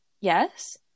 Yes